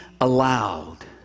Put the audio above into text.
allowed